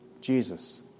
Jesus